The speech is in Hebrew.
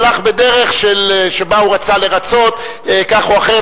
הלך בדרך שבה הוא רצה לרָצות כך או אחרת.